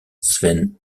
sven